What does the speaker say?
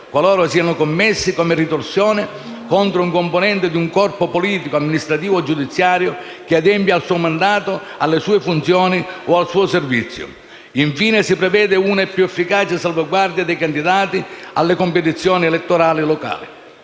qualora siano commessi come ritorsione contro un componente di un corpo politico, amministrativo o giudiziario che adempie al suo mandato, alle sue funzioni o al suo servizio. Infine, si prevede una più efficace salvaguardia dei candidati alle competizioni elettorali locali.